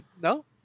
No